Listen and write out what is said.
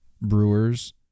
Brewers